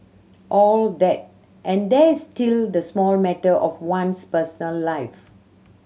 all that and there's still the small matter of one's personal life